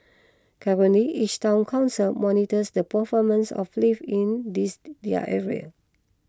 currently each Town Council monitors the performance of lifts in this their area